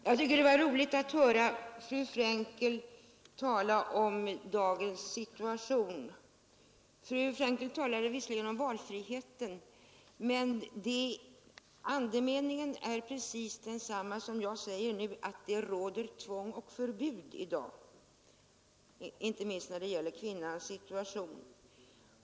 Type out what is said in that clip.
Herr talman! Det var roligt att höra fru Frenkel tala om dagens situation. Visserligen talade hon om valfrihet, men andemeningen var densamma som jag försökte ge uttryck åt, nämligen att kvinnornas situation i dag kännetecknas av tvång och förbud.